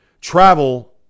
travel